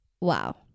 wow